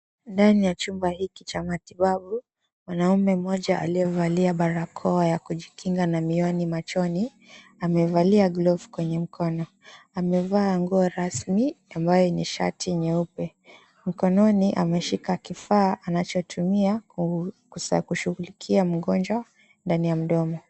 Ndani ya chumba hiki cha matibabu, mwanaume mmoja aliyevalia barakoa ya kujikinga na miwani machoni, amevalia glove kwenye mkono. Amevaa nguo rasmi ambayo ni shati nyeupe. Mkononi ameshika kifaa anachotumia kushughulikia mgonjwa ndani ya mdomo.